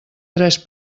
tres